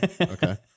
okay